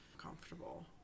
comfortable